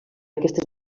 aquestes